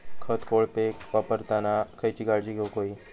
खत कोळपे वापरताना खयची काळजी घेऊक व्हयी?